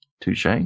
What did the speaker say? Touche